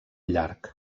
llarg